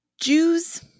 Jews